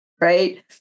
right